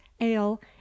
ale